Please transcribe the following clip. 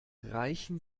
reichen